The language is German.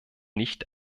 nicht